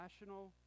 National